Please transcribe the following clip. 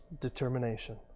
determination